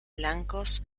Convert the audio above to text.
blancos